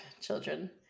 children